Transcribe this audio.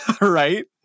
right